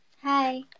Hi